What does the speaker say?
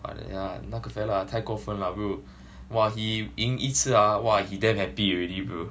but yeah 那个 fella 太过分 lah bro !wah! he 赢一次 !wah! he damn happy already bro